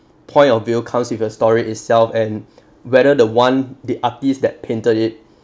point of view comes with a story itself and whether the [one] the artist that painted it